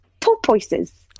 porpoises